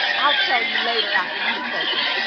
i'll tell you later after you've spoken.